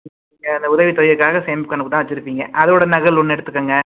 நீங்கள் அந்த உதவித்தொகைக்காக சேமிப்பு கணக்கு தான் வச்சுருப்பீங்க அதோடய நகல் ஒன்று எடுத்துக்கங்க